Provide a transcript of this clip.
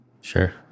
Sure